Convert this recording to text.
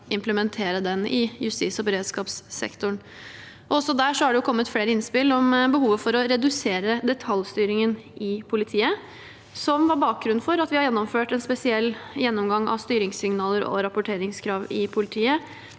kan implementere den i justis- og beredskapssektoren. Også der har det kommet flere innspill om behovet for å redusere detaljstyringen i politiet. Det var bakgrunnen for at vi har gjennomført en spesiell gjennomgang av styringssignaler og rapporteringskrav i politiet,